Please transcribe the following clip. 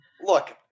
Look